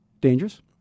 dangerous